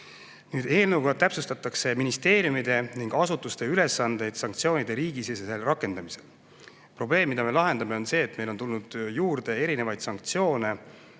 Eelnõuga täpsustatakse ministeeriumide ning asutuste ülesandeid sanktsioonide riigisisesel rakendamisel. Probleem, mida me lahendame, on see, et meil on tulnud juurde erinevaid sanktsioone,